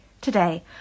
today